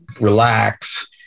relax